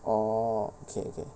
oh okay okay